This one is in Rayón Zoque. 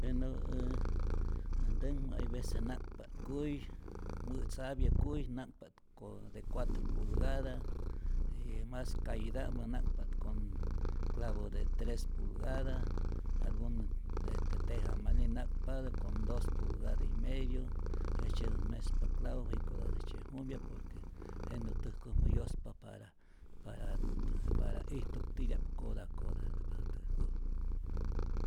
Bueno äj äj täkmä hay vece na'kpa't kuy, mä'tzapyä kuy, na'kpa't ko de cuatro pulgada y mas kayitä'mpä na'kpa't con clavo de tres pulgada, algun tejamanil na'kpatät con dos pulgada y mediu, jejtzyetät mespa clavo, jikotatäjtzye jumpya por que jenä täjkojmä yospa para para ijtup titya'p kota kotata'p je täjkojmä.